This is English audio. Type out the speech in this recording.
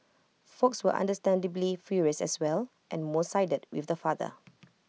folks were understandably furious as well and most sided with the father